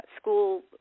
school